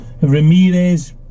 Ramirez